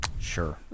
Sure